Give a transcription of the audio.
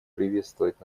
приветствовать